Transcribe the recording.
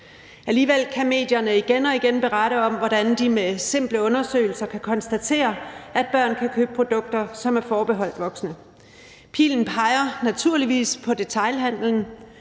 Alligevel kan medierne igen og igen berette om, hvordan de med simple undersøgelser kan konstatere, at børn kan købe produkter, som er forbeholdt voksne. Pilen peger naturligvis på detailhandelen,